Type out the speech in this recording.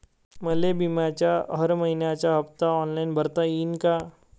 मले बिम्याचा हर मइन्याचा हप्ता ऑनलाईन भरता यीन का?